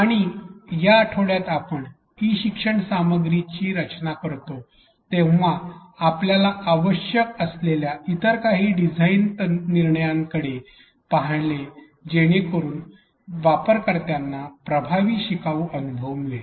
आणि या आठवड्यात आपण ई शिक्षण सामग्रीची रचना करतो तेव्हा आपल्याला आवश्यक असलेल्या इतर काही डिझाइन निर्णयांकडे पाहीले जेणेकरुन वापरकर्त्यांना प्रभावी शिकाऊ अनुभव मिळेल